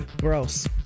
gross